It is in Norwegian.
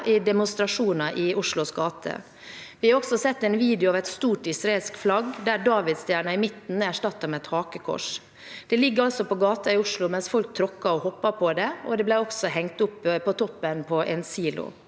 i demonstrasjoner i Oslos gater. Vi har også sett en video av et stort israelsk flagg der davidstjernen i midten er erstattet med et hakekors. Det ligger på gaten i Oslo mens folk tråkker og hopper på det. Det ble også hengt opp på toppen av en silo.